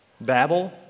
Babel